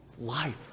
life